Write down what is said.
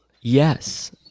yes